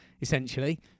essentially